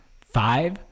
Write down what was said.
Five